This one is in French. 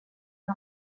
une